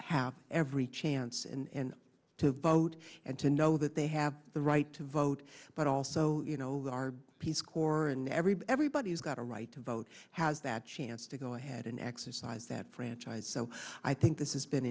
have every chance and to vote and to know that they have the right to vote but also you know our peace corps and every everybody's got a right to vote has that chance to go ahead and exercise that franchise so i think this has been